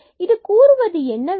இது கூறுவது என்னவென்றால் dzdt